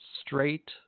straight